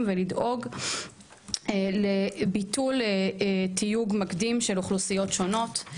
ולדאוג לביטול תיוג מקדים של אוכלוסיות שונות.